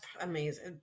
amazing